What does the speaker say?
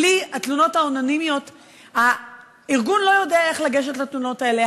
בלי התלונות האנונימיות הארגון לא יודע איך לגשת למתלוננות האלה,